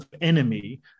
enemy